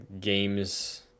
games